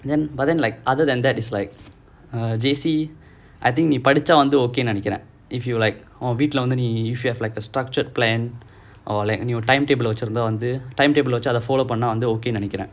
then but then like other than that it's like err J_C I think the நீ படிச்சா வந்து:nee padichaa vanthu okay நெனைக்கிறேன்:nenaikkiraen if you like உன் வீட்டுல வந்து நீ:un veetula vanthu nee you should have like a structured plan or like timetable வெச்சி இருந்த:vechi iruntha timetable வெச்சி அத:vechi atha follow பண்ண:panna okay நினைக்கிறேன்:nenaikkiraen